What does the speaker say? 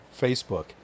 Facebook